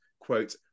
quote